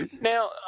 Now